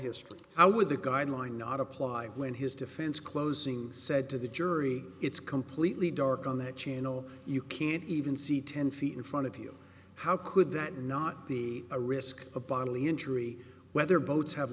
history how would the guideline not apply when his defense closing said to the jury it's completely dark on that channel you can't even see ten feet in front of you how could that not be a risk of bodily injury whether boats have